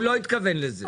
הוא לא התכוון לזה.